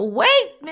wait